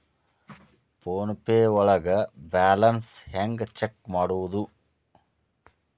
Phone pay ಒಳಗ balance ಹೆಂಗ್ check ಮಾಡುವುದು?